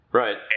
right